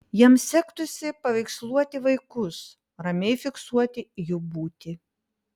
jam sektųsi paveiksluoti vaikus ramiai fiksuoti jų būtį